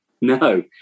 no